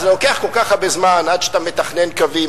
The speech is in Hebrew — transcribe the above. זה לוקח כל כך הרבה זמן עד שאתה מתכנן קווים,